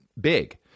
big